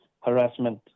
harassment